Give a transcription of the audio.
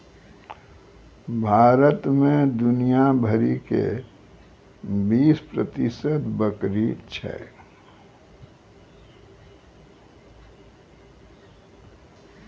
भारत मे दुनिया भरि के बीस प्रतिशत बकरी छै